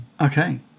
Okay